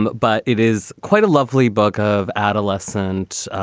but it is quite a lovely book of adolescent